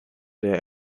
der